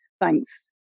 thanks